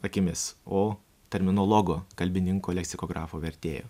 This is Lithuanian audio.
akimis o terminologo kalbininko leksikografo vertėjo